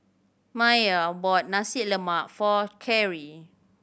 Maia bought Nasi Lemak for Carry